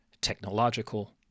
technological